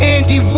Andy